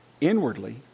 inwardly